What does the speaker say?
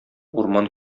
урман